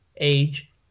age